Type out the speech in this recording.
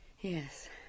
Yes